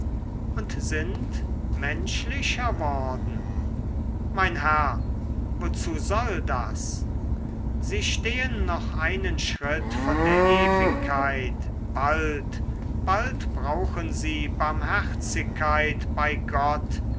und sind menschlicher worden mein herr wozu soll das sie stehen noch einen schritt von der ewigkeit bald bald brauchen sie barmherzigkeit bei gott